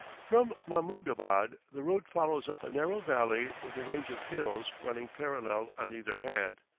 from mahmoudabad the road follows up a narrow valley with a range of hills running parallel on either hand.